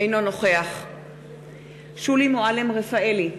אינו נוכח שולי מועלם-רפאלי,